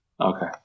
Okay